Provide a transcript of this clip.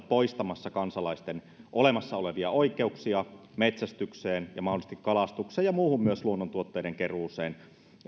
poistamassa kansalaisten olemassa olevia oikeuksia metsästykseen ja mahdollisesti kalastukseen ja myös muuhun luonnontuotteiden keruuseen